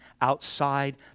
outside